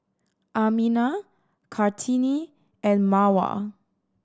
Aminah Kartini and Mawar